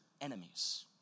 enemies